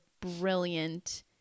brilliant